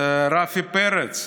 רפי פרץ,